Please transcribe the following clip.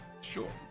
sure